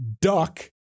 duck